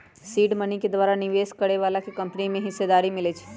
seed money के द्वारा निवेश करए बलाके कंपनी में हिस्सेदारी मिलइ छइ